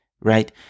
right